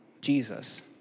Jesus